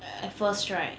at first right